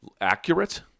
accurate